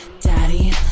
daddy